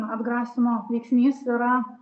atgrasymo veiksnys yra